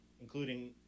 including